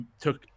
took